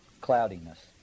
cloudiness